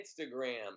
Instagram